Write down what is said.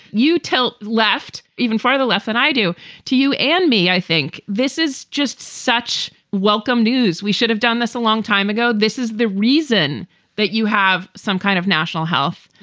you tell left even farther left than i do to you and me. i think this is just such welcome news. we should have done this a long time ago. this is the reason that you have some kind of national health.